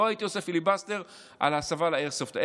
לא הייתי עושה פיליבסטר על ההסבה של איירסופט.